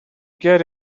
get